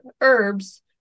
herbs